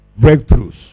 breakthroughs